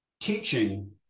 teaching